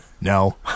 No